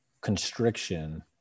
constriction